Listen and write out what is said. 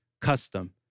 custom